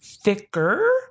thicker